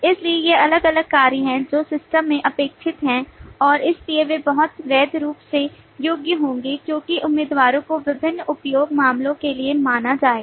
इसलिए ये अलग अलग कार्य हैं जो सिस्टम में अपेक्षित हैं और इसलिए वे बहुत वैध रूप से योग्य होंगे क्योंकि उम्मीदवारों को विभिन्न उपयोग मामलों के लिए माना जाएगा